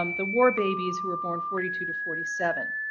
um the war babies who were born forty two to forty seven,